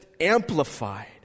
amplified